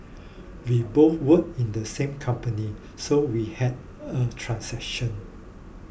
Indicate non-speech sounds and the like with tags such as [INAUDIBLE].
[NOISE] we both work in the same company so we had a transaction